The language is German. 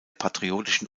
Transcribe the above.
patriotischen